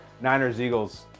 Niners-Eagles